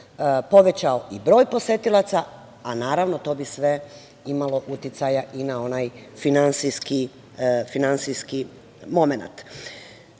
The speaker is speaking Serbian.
povećao i broj posetilaca, a to bi sve imalo uticaja i na onaj finansijski momenat. Da